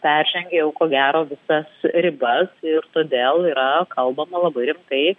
peržengė jau ko gero visas ribas ir todėl yra kalbama labai rimtai